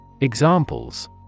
Examples